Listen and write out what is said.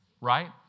Right